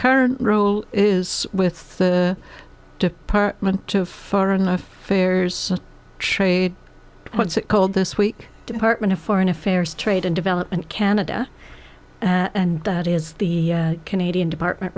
current role is with the department of foreign affairs trade what's it called this week department of foreign affairs trade and development canada and that is the canadian department